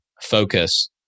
focus